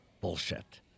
bullshit